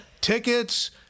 tickets